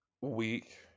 week